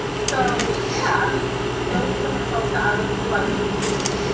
so yeah i mean those are some of the folks that i look to, i lean to.